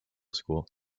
school